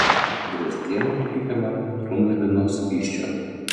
drazdienė įpylė man drumzlino skysčio